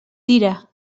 tira